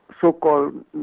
so-called